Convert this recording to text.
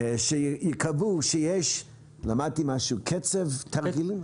שיקבעו שיש קצף תרגילים?